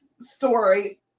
story